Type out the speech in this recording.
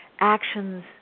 actions